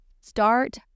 Start